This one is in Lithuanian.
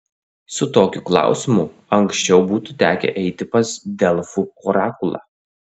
su tokiu klausimu anksčiau būtų tekę eiti pas delfų orakulą